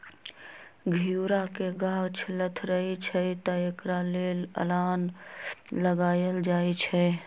घिउरा के गाछ लथरइ छइ तऽ एकरा लेल अलांन लगायल जाई छै